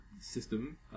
system